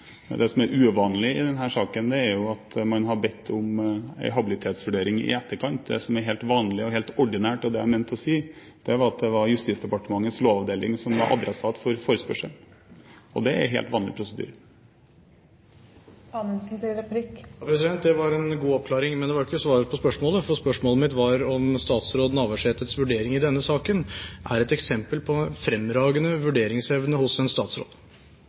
Det som er uvanlig i denne saken, er at man har bedt om en habilitetsvurdering i etterkant. Det som er helt vanlig og helt ordinært, og det jeg mente å si, var at det var Justisdepartementets lovavdeling som var adressat for forespørselen, og det er helt vanlig prosedyre. Det var en god oppklaring, men det var ikke svar på spørsmålet. Spørsmålet mitt var om statsråd Navarsetes vurdering i denne saken er et eksempel på fremragende vurderingsevne hos en statsråd.